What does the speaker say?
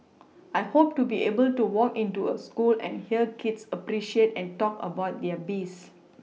I hope to be able to walk into a school and hear kids appreciate and talk about there bees